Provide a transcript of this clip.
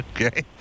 okay